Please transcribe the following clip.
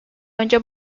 önce